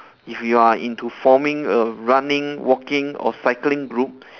if you are into forming a running walking or cycling group